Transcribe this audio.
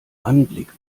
anblick